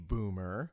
Boomer